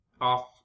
off